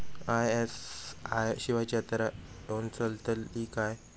ISI शिवायची हत्यारा घेऊन चलतीत काय?